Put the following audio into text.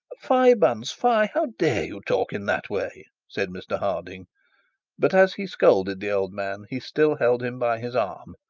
fie, bunce, fie! how dare you talk in that way said mr harding but as he scolded the old man he still held him by his arm,